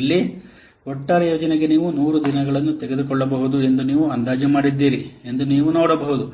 ಇಲ್ಲಿ ಒಟ್ಟಾರೆ ಯೋಜನೆಗೆ ನೀವು 100 ದಿನಗಳನ್ನು ತೆಗೆದುಕೊಳ್ಳಬಹುದು ಎಂದು ನೀವು ಅಂದಾಜು ಮಾಡಿದ್ದೀರಿ ಎಂದು ನೀವು ನೋಡಬಹುದು